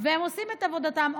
הם עושים את עבודתם.